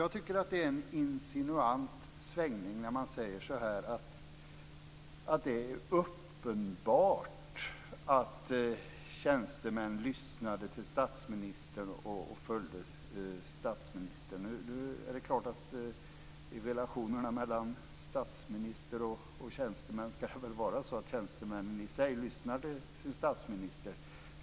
Jag tycker att det är en insinuant svängning när man säger att det är uppenbart att tjänstemän lyssnade till statsministern och följde honom. I relationerna mellan statsministern och tjänstemän ska det väl vara så att tjänstemännen lyssnar till sin statsminister.